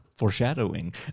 foreshadowing